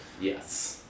Yes